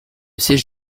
siège